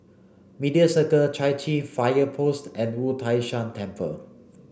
Media Circle Chai Chee Fire Post and Wu Tai Shan Temple